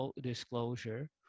disclosure